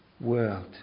world